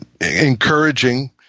encouraging